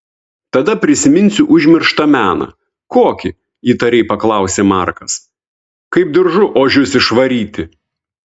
tada prisiminsiu užmirštą meną kokį įtariai paklausė markas kaip diržu ožius išvaryti